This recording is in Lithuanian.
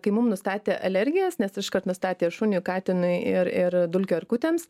kaip mum nustatė alergijas nes iškart nustatė šuniui katinui ir ir dulkių erkutėms